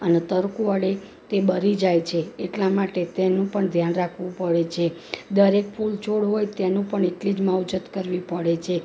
અને તડકો અડે તે બળી જાય છે એટલા માટે તેનું પણ ધ્યાન રાખવું પડે છે દરેક ફૂલ છોડ હોય તેનું પણ એટલી જ માવજત કરવી પડે છે